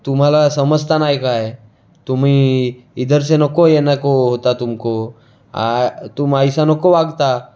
तुम्हाला समजता नाय काय तुम्ही इधर से नक्को येने को होता तुम को तुम ऐसा नको वागता